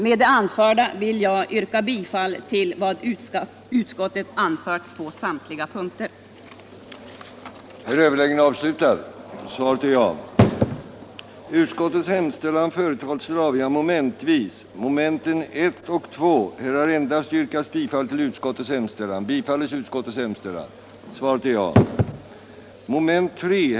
Med det anförda vill jag yrka bifall till vad utskottet anfört på samtliga punkter. ning gav följande resultat: